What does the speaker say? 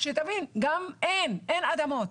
שתבין, גם אין אדמות.